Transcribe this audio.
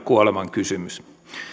kuoleman kysymys